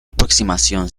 aproximación